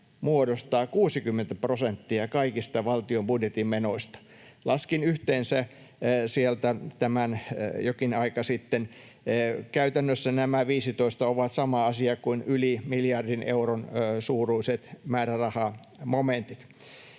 muodostaa 60 prosenttia kaikista valtion budjetin menoista. Laskin sieltä tämän yhteensä jokin aika sitten. Käytännössä nämä 15 ovat sama asia kuin yli miljardin euron suuruiset määrärahamomentit.